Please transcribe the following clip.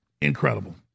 incredible